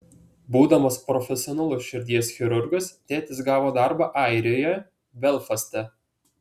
būdamas profesionalus širdies chirurgas tėtis gavo darbą airijoje belfaste